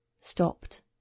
stopped